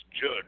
Judge